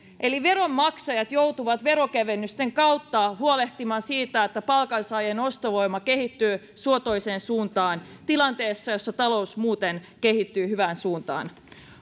eli veronmaksajat joutuvat veronkevennysten kautta huolehtimaan siitä että palkansaajien ostovoima kehittyy suotuiseen suuntaan tilanteessa jossa talous muuten kehittyy hyvään suuntaan